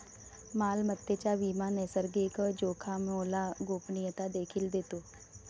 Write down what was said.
मालमत्तेचा विमा नैसर्गिक जोखामोला गोपनीयता देखील देतो